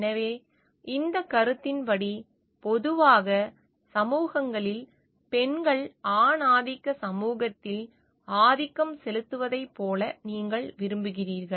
எனவே இந்தக் கருத்தின்படி பொதுவாக சமூகங்களில் பெண்கள் ஆணாதிக்கச் சமூகத்தில் ஆதிக்கம் செலுத்துவதைப் போல நீங்கள் விரும்புகிறீர்கள்